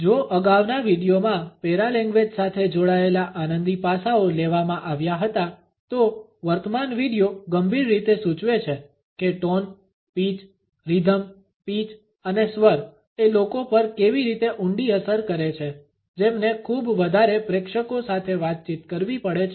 જો અગાઉના વિડીયોમાં પેરાલેંગ્વેજ સાથે જોડાયેલા આનંદી પાસાઓ લેવામાં આવ્યા હતા તો વર્તમાન વિડીયો ગંભીર રીતે સૂચવે છે કે ટોન પીચ રિધમ પીચ અને સ્વર એ લોકો પર કેવી રીતે ઊંડી અસર કરે છે જેમને ખૂબ વધારે પ્રેક્ષકો સાથે વાતચીત કરવી પડે છે